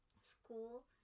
school